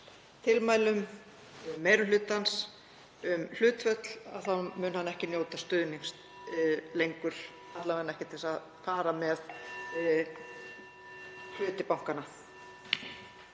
tilmælum meiri hlutans um hlutföll þá muni hann ekki njóta stuðnings lengur, alla vega ekki til að fara með hluti bankanna?